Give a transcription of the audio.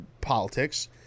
politics